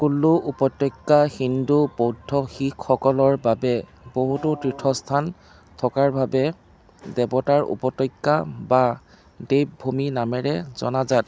কুল্লু উপত্যকা হিন্দু বৌদ্ধ শিখসকলৰ বাবে বহুতো তীৰ্থস্থান থকাৰ বাবে দেৱতাৰ ''উপত্যকা বা দেৱ ভূমি নামেৰে জনাজাত